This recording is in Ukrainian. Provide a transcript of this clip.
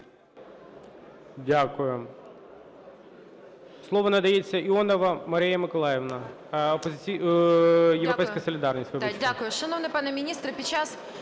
Дякую. Слово надається – Іонова Марія Миколаївна, "Європейська солідарність".